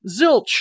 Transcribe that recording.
Zilch